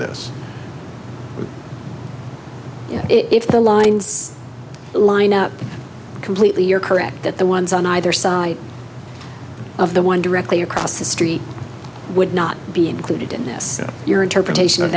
this if the lines line up completely you're correct that the ones on either side of the one directly across the street would not be included in this your interpretation o